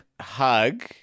Hug